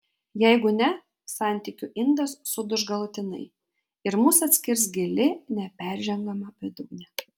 jeigu ne santykių indas suduš galutinai ir mus atskirs gili neperžengiama bedugnė